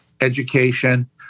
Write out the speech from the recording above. education